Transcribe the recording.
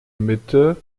mitte